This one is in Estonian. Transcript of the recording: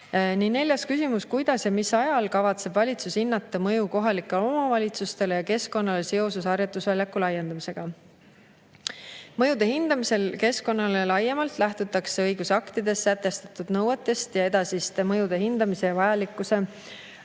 Nii, neljas küsimus: "Kuidas ja mis ajal kavatseb valitsus hinnata mõju kohalikele omavalitsustele ja keskkonnale seoses harjutusväljaku laiendamisega?" Mõjude hindamisel keskkonnale laiemalt lähtutakse õigusaktides sätestatud nõuetest. Edasiste mõjude hindamise vajalikkuse ulatus